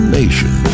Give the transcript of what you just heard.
nation